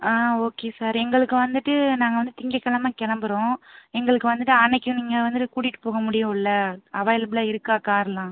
ஆ okay sir எங்களுக்கு வந்துவிட்டு நாங்கள் வந்து திங்ககிழமை கிளம்புறோம் எங்களுக்கு வந்துவிட்டு அன்னைக்கு நீங்கள் வந்துவிட்டு கூட்டிட்டு போக முடியும் இல்லை அவைலபிளா இருக்கா காருலாம்